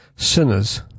Sinners